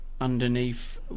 underneath